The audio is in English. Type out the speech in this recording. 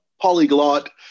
polyglot